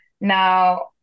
Now